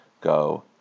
go